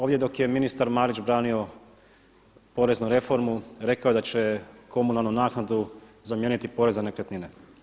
Ovdje dok je ministar Marić branio poreznu reformu rekao je da će komunalnu naknadu zamijeniti porez na nekretnine.